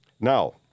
Now